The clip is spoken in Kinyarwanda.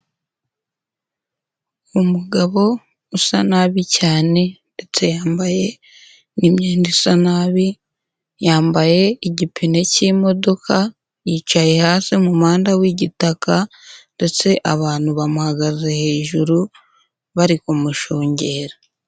Umugabo usa nabi cyane ndetse yambaye n'imyenda isa nabi, yambaye igipine cy'imodoka yicaye hasi mu muhanda w'igitaka ndetse abantu bamuhagaze hejuru bari kumushungera.